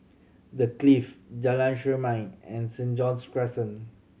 The Clift Jalan Chermai and Saint John's Crescent